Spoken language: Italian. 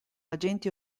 agenti